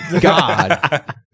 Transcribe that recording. god